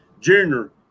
Junior